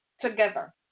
together